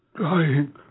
Dying